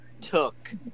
took